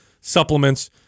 supplements